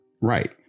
Right